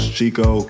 Chico